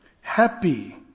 happy